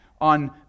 on